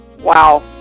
wow